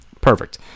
Perfect